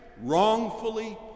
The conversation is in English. wrongfully